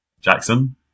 Jackson